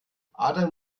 adam